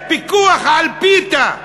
פיקוח על פיתה,